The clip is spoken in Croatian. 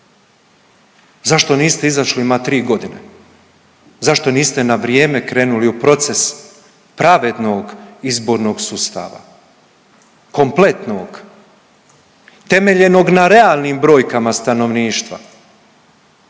Zašto niste izašli ima tri godine, zašto niste na vrijeme krenuli u proces pravednog izbornog sustava, kompletnog, temeljenog na realnim brojkama stanovništva